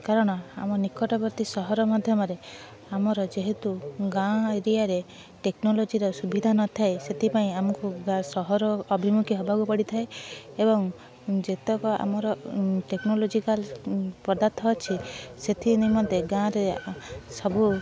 କାରଣ ଆମ ନିକଟବର୍ତ୍ତୀ ସହର ମାଧ୍ୟମରେ ଆମର ଯେହେତୁ ଗାଁ ଏରିଆରେ ଟେକ୍ନୋଲୋଜୀର ସୁବିଧା ନଥାଏ ସେଥିପାଇଁ ଆମକୁ ଗାଁ ସହର ଅଭିମୁଖୀ ହେବାକୁ ପଡ଼ିଥାଏ ଏବଂ ଯେତେକ ଆମର ଟେକ୍ନୋଲୋଜିକାଲ୍ ପଦାର୍ଥ ଅଛି ସେଥି ନିମନ୍ତେ ଗାଁରେ ସବୁ